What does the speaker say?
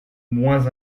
moins